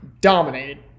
dominated